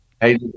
Hey